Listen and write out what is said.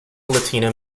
latino